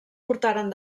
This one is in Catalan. portaren